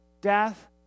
death